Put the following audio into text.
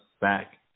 back